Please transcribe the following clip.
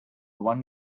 one